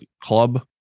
club